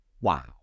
Wow